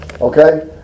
okay